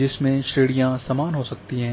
जिसमें श्रेणियाँ समान हो सकती हैं